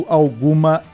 alguma